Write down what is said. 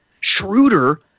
Schroeder